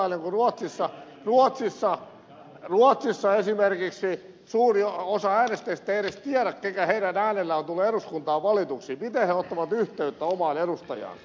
esimerkiksi ruotsissa suuri osa äänestäjistä ei edes tiedä ketkä heidän äänillään tulevat eduskuntaan valituiksi miten he ottavat yhteyttä omaan edustajaansa